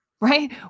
right